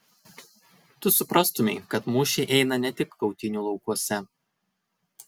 tu suprastumei kad mūšiai eina ne tik kautynių laukuose